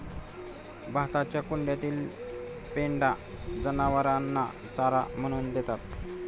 भाताच्या कुंड्यातील पेंढा जनावरांना चारा म्हणून देतात